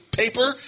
paper